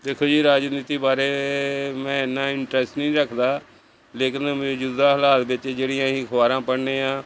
ਦੇਖੋ ਜੀ ਰਾਜਨੀਤੀ ਬਾਰੇ ਮੈਂ ਇੰਨਾ ਇੰਟਰਸਟ ਨਹੀਂ ਰੱਖਦਾ ਲੇਕਿਨ ਮੈਂ ਮੌਜੂਦਾ ਹਾਲਾਤ ਵਿੱਚ ਜਿਹੜੀਆਂ ਅਸੀਂ ਅਖਬਾਰਾਂ ਪੜ੍ਹਦੇ ਹਾਂ